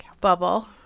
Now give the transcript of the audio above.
bubble